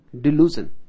delusion